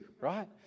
right